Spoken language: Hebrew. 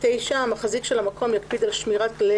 (9)המחזיק של המקום יקפיד על שמירת כללי